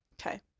Okay